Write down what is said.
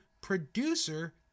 producer